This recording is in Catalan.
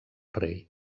rei